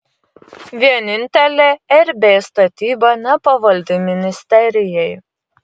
vienintelė rb statyba nepavaldi ministerijai